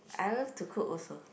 I love to cook also